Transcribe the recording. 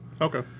Okay